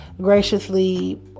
graciously